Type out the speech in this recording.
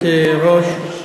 גברתי היושבת-ראש,